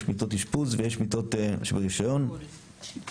יש מיטות אשפוז ויש מיטות ברישיון וכמובן